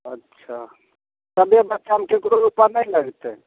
अच्छा सभी बच्चामे ककरो रुपैआ नहि लगतय